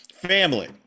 family